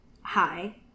hi